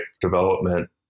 development